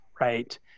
right